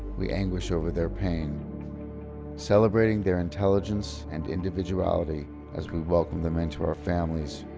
we anguish over their pain celebrating their intelligence and individuality as we welcome them into our families,